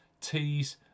T's